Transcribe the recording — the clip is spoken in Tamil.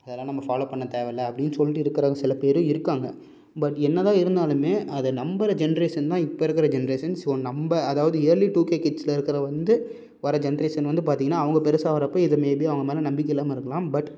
அதலாம் நம்ம ஃபாலோவ் பண்ண தேவயில்லை அப்படின்னு சொல்லிட்டு இருக்குறாங்க சிலபேர் இருக்காங்க பட் என்னதான் இருந்தாலுமே அதை நம்புகிற ஜென்ரேஷன் தான் இப்போ இருக்கிற ஜென்ரேஷன் ஸோ நம்ம அதாவது இயர்லி டூ கே கிட்ஸ்ல இருக்கிற வந்து வர ஜென்ரேஷன் வந்து பார்த்திங்கனா அவங்க பெருசாக வரப்ப இது மே பி அவங்க மேலே நம்பிக்கை இல்லாமல் இருக்கலாம் பட்